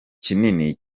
kinini